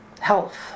Health